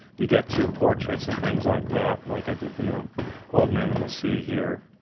you get to portraits and things like that, like i did the um old man in the sea here,